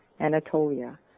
Anatolia